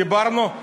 ליברמן,